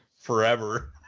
forever